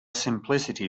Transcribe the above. simplicity